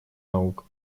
наук